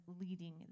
leading